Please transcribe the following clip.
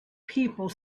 people